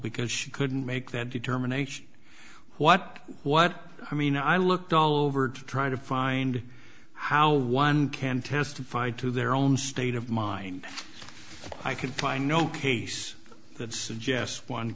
because she couldn't make that determination what what i mean i looked all over to try to find how one can testify to their own state of mind i could find no case that suggests one